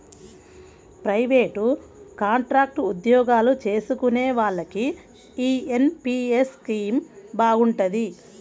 private, contract ఉద్యోగాలు చేసుకునే వాళ్లకి యీ ఎన్.పి.యస్ స్కీమ్ బాగుంటది